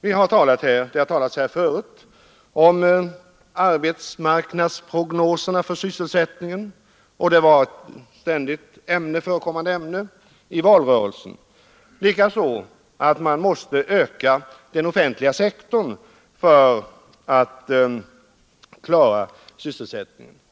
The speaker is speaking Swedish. Det har tidigare talats om arbetsmarknadsprognoserna för sysselsättningen, och det var ett ständigt förekommande ämne i valrörelsen liksom talet om att man måste öka den offentliga sektorn för att klara sysselsättningen.